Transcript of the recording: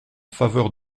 faveur